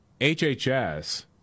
HHS